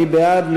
מי בעד?